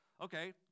okay